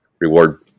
reward